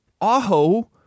Aho